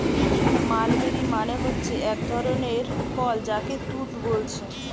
mulberry মানে হচ্ছে একটা ধরণের ফল যাকে তুত বোলছে